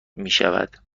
میشود